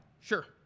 Sure